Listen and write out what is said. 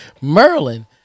Merlin